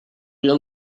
rien